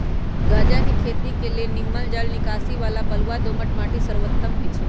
गञजा के खेती के लेल निम्मन जल निकासी बला बलुआ दोमट माटि सर्वोत्तम होइ छइ